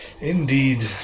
Indeed